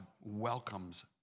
welcomes